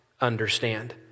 understand